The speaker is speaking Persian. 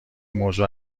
موضوع